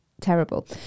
terrible